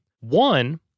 One